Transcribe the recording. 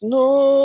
no